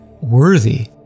worthy